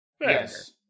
Yes